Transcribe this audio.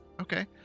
Okay